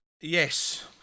Yes